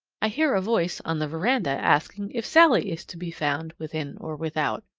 i hear a voice on the veranda asking if sallie is to be found within or without.